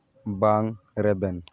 ᱵᱟᱝ ᱨᱮᱵᱮᱱ